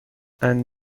and